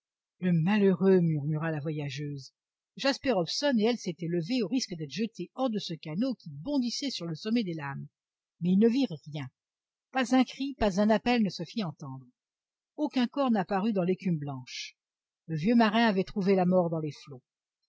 le malheureux murmura la voyageuse jasper hobson et elle s'étaient levés au risque d'être jetés hors de ce canot qui bondissait sur le sommet des lames mais ils ne virent rien pas un cri pas un appel ne se fit entendre aucun corps n'apparut dans l'écume blanche le vieux marin avait trouvé la mort dans les flots